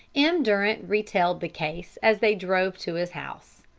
m. durant retailed the case as they drove to his house.